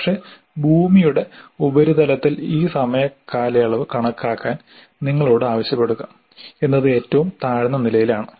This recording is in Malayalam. പക്ഷേ ഭൂമിയുടെ ഉപരിതലത്തിൽ ഈ സമയ കാലയളവ് കണക്കാക്കാൻ നിങ്ങളോട് ആവശ്യപ്പെടുക എന്നത് ഏറ്റവും താഴ്ന്ന നിലയിലാണ്